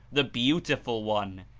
the beautiful one,